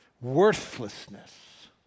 Worthlessness